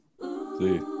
See